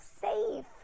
safe